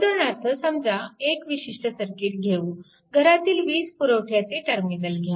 उदाहरणार्थ समजा एक विशिष्ट सर्किट घेऊ घरातील वीज पुरवठ्याचे टर्मिनल घ्या